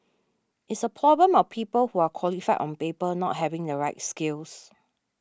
it's a problem of people who are qualified on paper not having the right skills